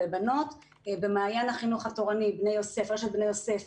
במעיין החינוך התורני, רשת "בני יוסף",